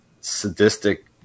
sadistic